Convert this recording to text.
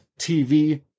TV